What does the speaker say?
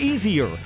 easier